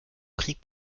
krieg